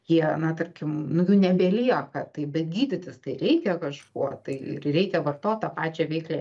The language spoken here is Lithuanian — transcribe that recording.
jie na tarkim nu jų nebelieka tai bet gydytis tai reikia kažkuo tai ir reikia vartot tą pačią veikliąją